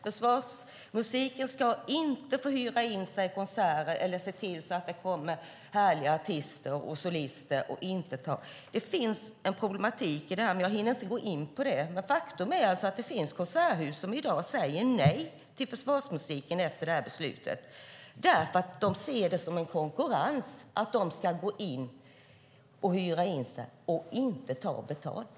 Försvarsmusiken ska inte få hyra in sig vid konserter eller se till att det kommer härliga artister och solister. Det finns en problematik i detta, men jag hinner inte gå in på den. Faktum är att det finns konserthus som i dag säger nej till försvarsmusiken efter detta beslut. De ser det nämligen som konkurrens att försvarsmusiken ska hyra in sig och inte ta betalt.